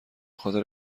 خاطر